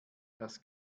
das